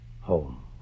home